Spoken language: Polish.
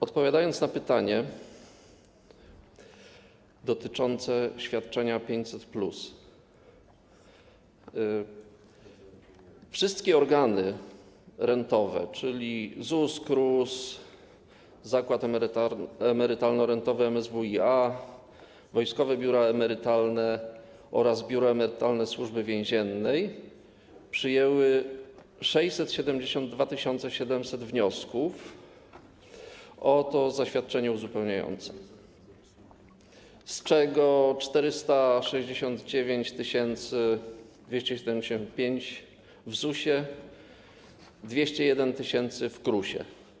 Odpowiadając na pytanie dotyczące świadczenia 500+, chcę powiedzieć, że wszystkie organy rentowe, czyli ZUS, KRUS, Zakład Emerytalno-Rentowy MSWiA, wojskowe biura emerytalne oraz Biuro Emerytalne Służby Więziennej, przyjęły 672 700 wniosków o to świadczenie uzupełniające, z czego 469 275 w ZUS-ie i 201 tys. w KRUS-ie.